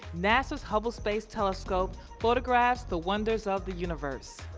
nasa's hubble space telescope photographs the wonders of the universe.